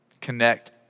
connect